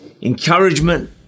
encouragement